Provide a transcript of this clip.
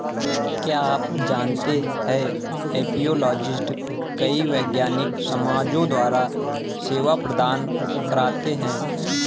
क्या आप जानते है एपियोलॉजिस्ट कई वैज्ञानिक समाजों द्वारा सेवा प्रदान करते हैं?